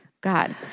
God